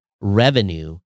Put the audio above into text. revenue